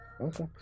okay